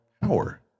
power